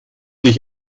dich